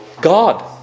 God